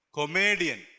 comedian